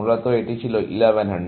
মূলত এটি ছিল 1100 এখন এটি 1300